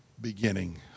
beginning